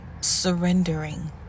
surrendering